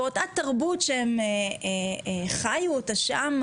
אותה תרבות שהם חיו אותה שם,